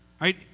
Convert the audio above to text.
right